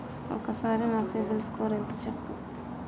ఒక్కసారి నా సిబిల్ స్కోర్ ఎంత చెప్పు?